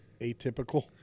atypical